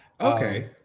Okay